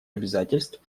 обязательств